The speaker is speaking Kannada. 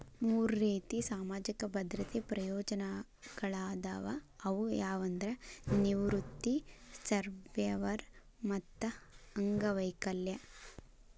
ಮೂರ್ ರೇತಿ ಸಾಮಾಜಿಕ ಭದ್ರತೆ ಪ್ರಯೋಜನಗಳಾದವ ಅವು ಯಾವಂದ್ರ ನಿವೃತ್ತಿ ಸರ್ವ್ಯವರ್ ಮತ್ತ ಅಂಗವೈಕಲ್ಯ